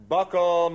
Buckle